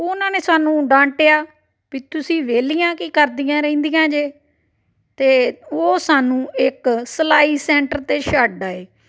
ਉਹਨਾਂ ਨੇ ਸਾਨੂੰ ਡਾਂਟਿਆ ਵੀ ਤੁਸੀਂ ਵਿਹਲੀਆਂ ਕੀ ਕਰਦੀਆਂ ਰਹਿੰਦੀਆਂ ਜੇ ਅਤੇ ਉਹ ਸਾਨੂੰ ਇੱਕ ਸਿਲਾਈ ਸੈਂਟਰ 'ਤੇ ਛੱਡ ਆਏ